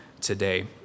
today